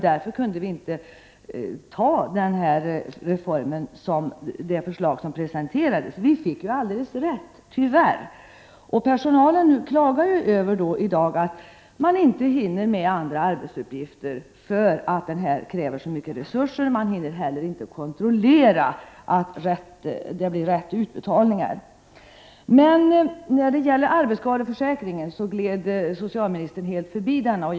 Därför kunde vi inte acceptera det förslag till reform som presenterades. Vi moderater fick också rätt, tyvärr. Personalen klagar i dag över att den inte hinner med andra arbetsuppgifter på grund av att detta kräver så mycket resurser. Personalen hinner inte heller kontrollera att utbetalningarna blir riktiga. Arbetsskadeförsäkringen gled socialministern emellertid helt förbi.